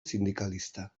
sindikalista